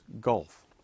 gulf